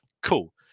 cool